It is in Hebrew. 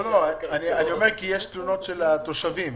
יש תלונות של התושבים.